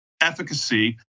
efficacy